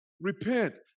Repent